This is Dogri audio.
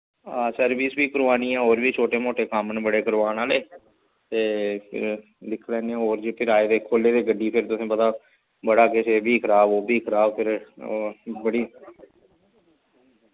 हां सर्विस बी करोआनी ऐ और बी छोट्टे मोट्टे कम्म न बड़े करवाने आह्ले ते फिर दिक्ख लैने आं और जे फिर आए दे खोल्ले दे गड्डी फिर तुसें पता बड़ा किश एह् बी खराब ओह् बी खराब फिर बड़ी